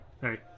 hey